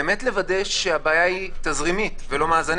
באמת לוודא שהבעיה היא תזרימית ולא מאזנית